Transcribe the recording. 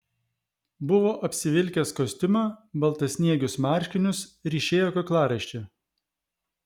buvo apsivilkęs kostiumą baltasniegius marškinius ryšėjo kaklaraištį